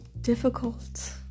difficult